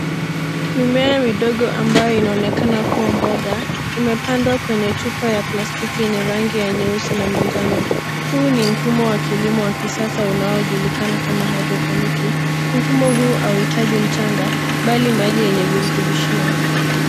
Mimea midogo ambayo inaonekana kuwa mboga, imepandwa kwenye chupa ya plastiki yenye rangi ya nyeusi na manjano. Huu ni mfumo wa kilimo wa kisasa unaojulikana kama hydroponic . Mfumo huu hautaji mchanga, bali maji yenye virutubishio.